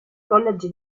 college